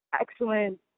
excellent